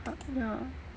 but ya